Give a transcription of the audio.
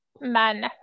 men